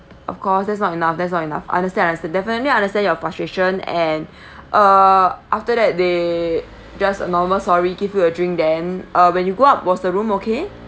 of course that's not enough that's not enough understand understand definitely understand your frustration and uh after that they just a normal sorry give you a drink then uh when you go up was the room okay